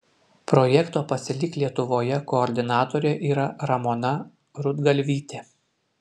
projekto pasilik lietuvoje koordinatorė yra ramona rudgalvytė